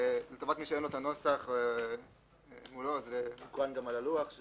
לטובת מי שאין לו את הנוסח מולו זה יוקרן גם על הלוח.